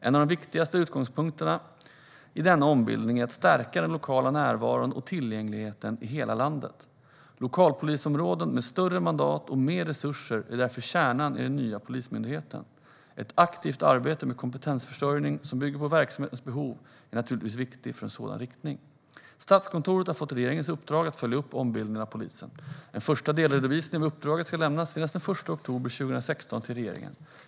En av de viktigaste utgångspunkterna i denna ombildning är att stärka den lokala närvaron och tillgängligheten i hela landet. Lokalpolisområden med större mandat och mer resurser är därför kärnan i den nya Polismyndigheten. Ett aktivt arbete med kompetensförsörjning som bygger på verksamhetens behov är naturligtvis viktigt för en sådan riktning. Statskontoret har fått regeringens uppdrag att följa upp ombildningen av polisen. En första delredovisning av uppdraget ska lämnas senast den 1 oktober 2016 till regeringen.